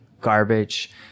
garbage